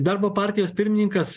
darbo partijos pirmininkas